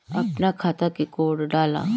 अपना खाता के कोड डाला